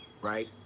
right